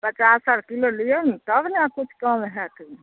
पचास आर किलो लिअ ने तब ने किछु कम होयत ई